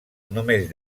només